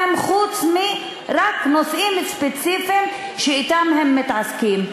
חוץ מנושאים ספציפיים שבהם הם מתעסקים,